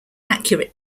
accurate